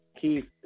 Keith